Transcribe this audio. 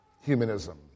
humanism